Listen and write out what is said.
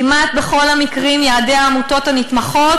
כמעט בכל המקרים יעדי העמותות הנתמכות